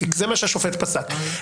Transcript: זה מה שהשופט פסק.